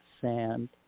sand